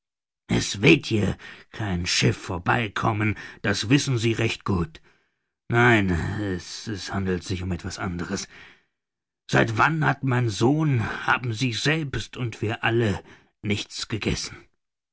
es wird hier kein schiff vorbei kommen das wissen sie recht gut nein es handelt sich um etwas anderes seit wann hat mein sohn haben sie selbst und wir alle nichts gegessen